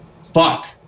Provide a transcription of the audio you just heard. fuck